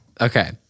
Okay